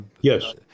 Yes